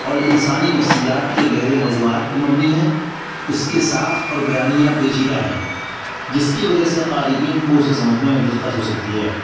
اور انسانی نفسیات کے گہرے موضوعات پر مبنی ہے اس کی ساخت اور بیانیہ پیچیدہ ہیں جس کی وجہ سے قارئین کو اسے سمجھنے میں دقت ہو سکتی ہے